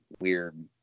weird